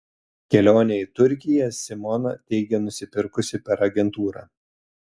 kelionę į turkiją simona teigia nusipirkusi per agentūrą